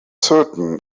certain